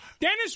Dennis